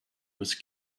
was